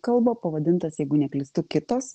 kalbą pavadintas jeigu neklystu kitos